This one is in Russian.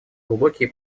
глубокие